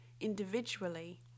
individually